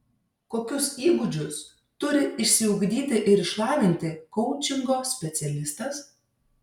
kokius įgūdžius turi išsiugdyti ir išlavinti koučingo specialistas